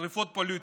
שרפות פוליטיות.